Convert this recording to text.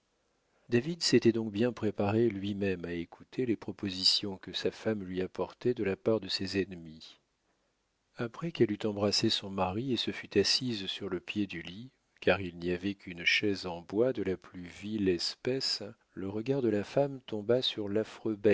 david s'était donc bien préparé lui-même à écouter les propositions que sa femme lui apportait de la part de ses ennemis après qu'elle eut embrassé son mari et se fut assise sur le pied du lit car il n'y avait qu'une chaise en bois de la plus vile espèce le regard de la femme tomba sur l'affreux